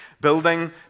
building